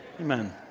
Amen